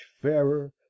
fairer